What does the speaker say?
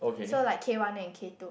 so like K one and K two